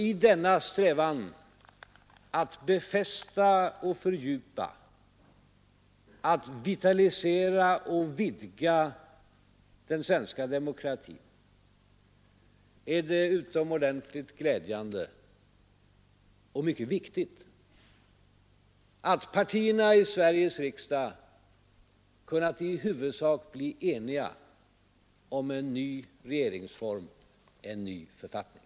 I denna strävan att befästa och fördjupa, att vitalisera och vidga den svenska demokratin är det utomordentligt glädjande och mycket viktigt att partierna i Sveriges riksdag kunnat i huvudsak enas om en ny regeringsform, en ny författning.